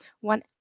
one